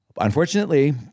Unfortunately